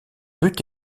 but